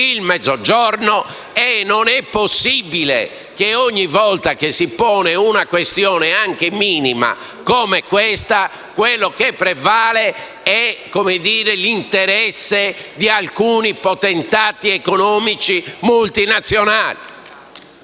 il Mezzogiorno. Non è possibile che, ogni volta che si pone una questione anche minima come questa, quello che prevale è l'interesse di alcuni potentati economici multinazionali.